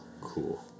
cool